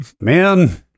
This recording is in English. man